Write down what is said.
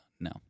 No